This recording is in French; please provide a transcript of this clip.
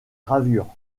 gravures